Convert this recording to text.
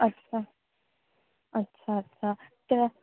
अछा अछा अछा त